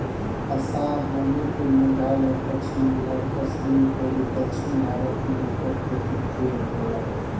आसाम, मणिपुर, मेघालय, पश्चिम बंगाल, कश्मीर अउरी दक्षिण भारत में एकर खेती खूब होला